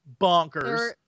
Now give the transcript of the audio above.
bonkers